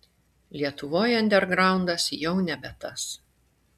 lietuvoj andergraundas jau nebe tas